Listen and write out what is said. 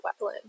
Wetland